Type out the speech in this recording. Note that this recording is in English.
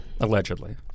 Allegedly